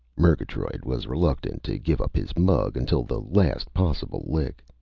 murgatroyd was reluctant to give up his mug until the last possible lick.